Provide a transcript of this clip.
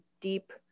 deep